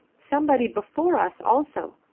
somebody before us also,